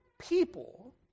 people